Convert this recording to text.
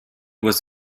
was